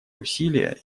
усилия